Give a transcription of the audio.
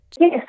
Yes